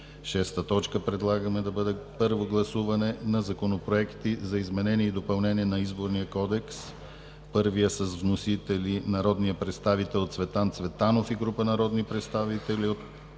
на 20 април 2017 г. 6. Първо гласуване на законопроекти за изменение и допълнение на Изборния кодекс. Първият е с вносители: народният представител Цветан Цветанов и група народни представители